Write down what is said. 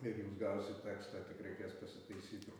ir jūs gausit tekstą tik reikės pasitaisyti